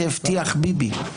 החשמל".